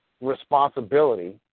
responsibility